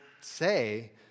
say